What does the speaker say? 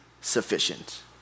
sufficient